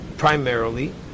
Primarily